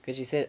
cause she said